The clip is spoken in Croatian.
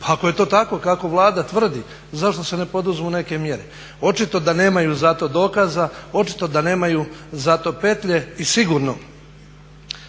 ako je to tako kako Vlada tvrdi zašto se ne poduzmu neke mjere. Očito da za to nemaju dokaza, očito da nemaju za to petlje i sigurno